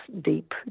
deep